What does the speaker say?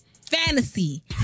Fantasy